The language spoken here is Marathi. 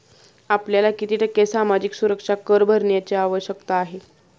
आपल्याला किती टक्के सामाजिक सुरक्षा कर भरण्याची आवश्यकता आहे?